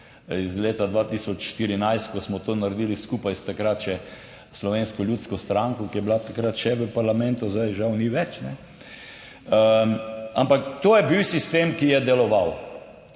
iz leta 2014, ko smo to naredili skupaj s takrat še slovensko ljudsko stranko, ki je bila takrat še v parlamentu, zdaj žal ni več. Ampak to je bil sistem, ki je deloval